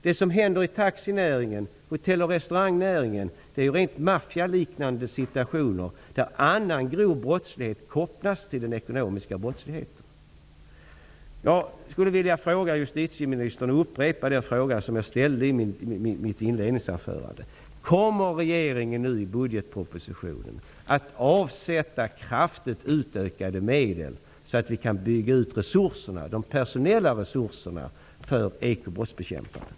Det som händer inom taxinäringen och hotell och restaurangnäringen är ju rent maffialiknande situationer där annan grov brottslighet kopplas till den ekonomiska brottsligheten. Jag skulle vilja upprepa den fråga som jag ställde till justitieministern i mitt inledningsanförande: Kommer regeringen att i budgetpropositionen avsätta kraftigt utökade medel, så att vi kan bygga ut de personella resurserna för ekobrottsbekämpandet?